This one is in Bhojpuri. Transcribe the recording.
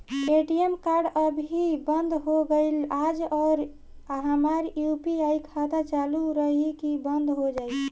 ए.टी.एम कार्ड अभी बंद हो गईल आज और हमार यू.पी.आई खाता चालू रही की बन्द हो जाई?